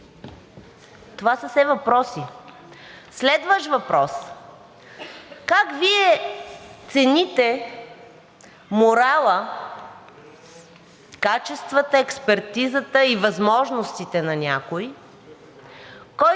Това са все въпроси. Следващ въпрос: как Вие цените морала, качествата, експертизата и възможностите на някого, който